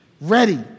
ready